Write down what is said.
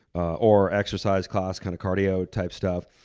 ah or exercise class, kind of cardio type stuff,